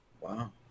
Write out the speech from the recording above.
Wow